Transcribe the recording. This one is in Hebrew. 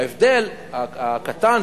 ההבדל הקטן,